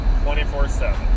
24-7